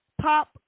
Pop